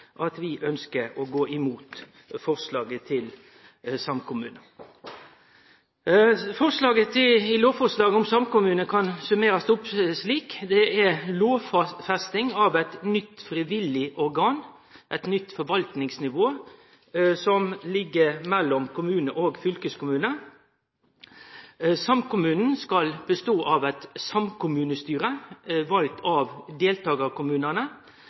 at vi ønskjer å gå imot forslaget om samkommunen. Lovforslaget om samkommunen kan summerast opp slik: Det er ei lovfesting av eit nytt frivillig organ, eit nytt forvaltingsnivå som ligg mellom kommunen og fylkeskommunen. Samkommunen skal bestå av eit samkommunestyre valt av deltakarkommunane.